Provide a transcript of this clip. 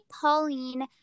Pauline